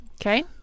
Okay